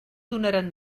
donaran